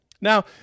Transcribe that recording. Now